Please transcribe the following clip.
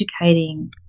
educating